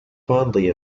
fondly